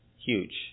Huge